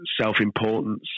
self-importance